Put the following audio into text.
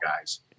guys